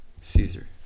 Caesar